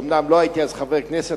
אומנם לא הייתי אז חבר כנסת,